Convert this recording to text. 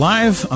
Live